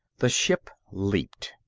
the ship leaped.